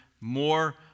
more